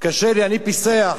קשה לי, אני פיסח.